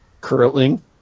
curling